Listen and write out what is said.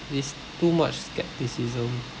it's too much scepticism